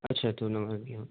اچھا تو نمازیوں